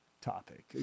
topic